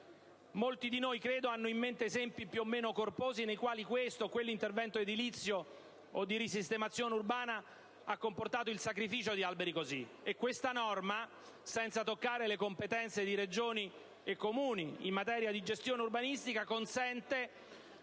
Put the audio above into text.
Molti di noi, credo, hanno in mente esempi più o meno corposi nei quali questo o quell'intervento edilizio o di risistemazione urbana ha comportato il sacrificio di alberi così. Questa norma, senza toccare le competenze di Regioni e Comuni in materia di gestione urbanistica, consente